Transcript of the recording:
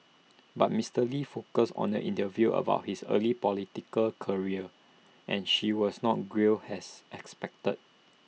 but Mister lee focused on the interview about his early political career and she was not grilled has expected